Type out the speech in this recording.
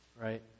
Right